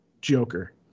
Joker